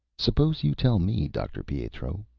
suppose you tell me, dr. pietro,